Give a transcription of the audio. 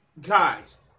guys